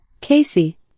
Casey